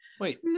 Wait